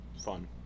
fun